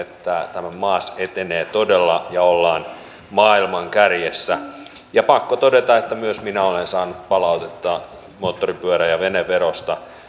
tämä maas etenee todella ja ollaan maailman kärjessä pakko todeta että myös minä olen saanut palautetta moottoripyörä ja veneverosta